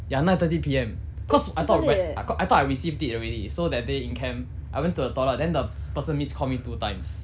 ya nine thirty P_M cause I thought whe~ I thought I received it already so that day in camp I went to the toilet then the person miss call me two times